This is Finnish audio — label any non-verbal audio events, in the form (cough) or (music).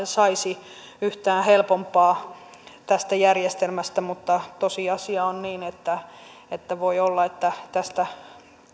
(unintelligible) saisi yhtään helpompaa tästä järjestelmästä mutta tosiasia on se että voi olla että tästä